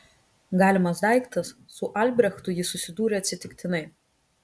galimas daiktas su albrechtu ji susidūrė atsitiktinai